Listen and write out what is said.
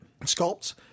Sculpts